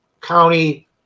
County